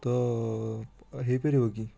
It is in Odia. ତ ହେଇପାରିବ କି